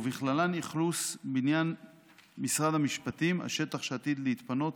ובכללן אכלוס בניין משרד המשפטים על שטח שעתיד להתפנות